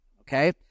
Okay